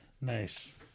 Nice